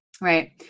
right